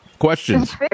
Questions